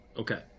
Okay